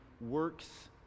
works